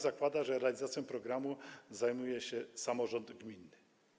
Zakłada on, że realizacją programu zajmuje się samorząd gminy.